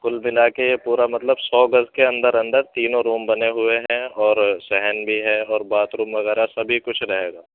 کُل ملا کے یہ پورا مطلب سو گز کے اندر اندر تینوں روم بنے ہوے ہیں اور صحن بھی ہے اور باتھ روم وغیرہ سبھی کچھ رہے گا